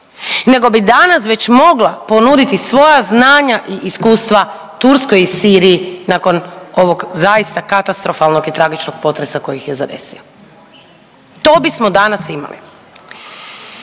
nego bi danas već mogla ponuditi svoja znanja i iskustva Turskoj i Siriji nakon ovog zaista katastrofalnog i tragičnog potresa koji ih je zadesio. To bismo danas imali.